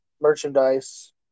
merchandise